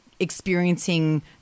experiencing